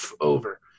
Over